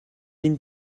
энэ